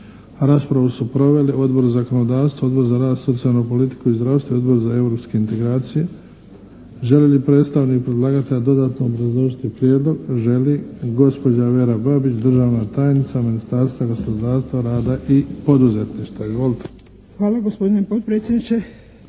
raspravu su proveli: Odbor za zakonodavstvo, Odbor za rad, socijalnu politiku i zdravstvo i Odbor za europske integracije. Želi li predstavnik predlagatelja dodatno obrazložiti prijedlog? Želi. Gospođa Vera Babić, državna tajnica Ministarstva gospodarstva, rada i poduzetništva. Izvolite.